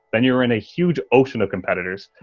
then you're in a huge ocean of competitors.